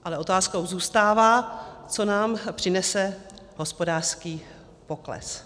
Ale otázkou zůstává, co nám přinese hospodářský pokles.